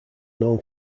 known